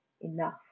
enough